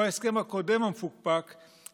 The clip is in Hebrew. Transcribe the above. כמו ההסכם המפוקפק הקודם,